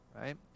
right